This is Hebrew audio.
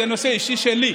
זה נושא אישי שלי.